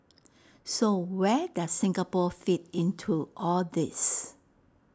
so where does Singapore fit into all this